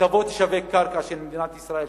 שתבוא ותשווק קרקע של מדינת ישראל,